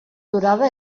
durada